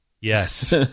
yes